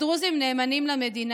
הדרוזים נאמנים למדינה.